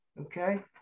okay